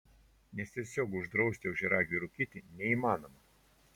nes tiesiog uždrausti ožiaragiui rūkyti neįmanoma